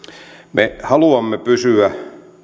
me haluamme pysyä